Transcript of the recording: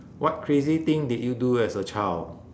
what crazy thing did you do as a child